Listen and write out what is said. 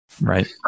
Right